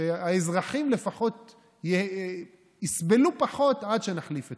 כדי שהאזרחים לפחות יסבלו פחות עד שנחליף אתכם.